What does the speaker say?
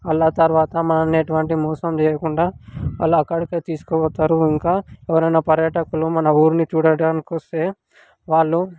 అలా తరువాత మనని ఎటువంటి మోసం చేయకుండా అలా అక్కడికే తీసుకపోతారు ఇంకా ఎవరైనా పర్యాటకులు మన ఊరిని చూడటానికి వస్తే వాళ్ళు